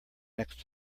next